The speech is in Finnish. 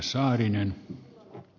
herra puhemies